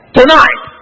tonight